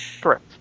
Correct